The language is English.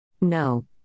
No